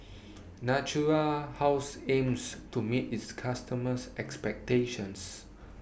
Natura House aims to meet its customers' expectations